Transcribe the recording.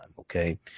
Okay